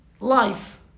Life